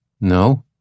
No